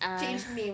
change name